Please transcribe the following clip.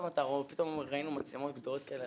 פתאום ראינו מצלמות גדולות כאלה.